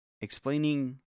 explaining